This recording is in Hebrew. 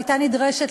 הייתה נדרשת,